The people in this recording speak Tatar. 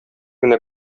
генә